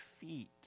feet